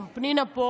גם פנינה פה,